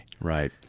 Right